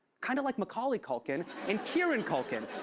kind of like macaulay culkin and kieran culkin.